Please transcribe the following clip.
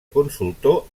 consultor